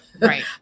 right